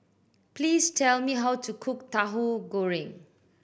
please tell me how to cook Tahu Goreng